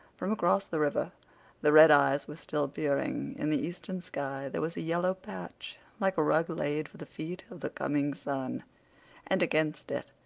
from across the river the red eyes were still peering. in the eastern sky there was a yellow patch like a rug laid for the feet of the coming sun and against it,